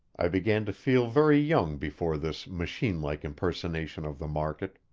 i began to feel very young before this machine-like impersonation of the market.